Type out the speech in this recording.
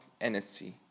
NSC